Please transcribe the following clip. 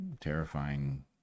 terrifying